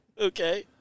Okay